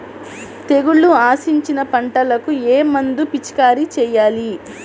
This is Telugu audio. తెగుళ్లు ఆశించిన పంటలకు ఏ మందు పిచికారీ చేయాలి?